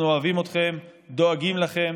אנחנו אוהבים אתכם, דואגים לכם.